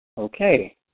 Okay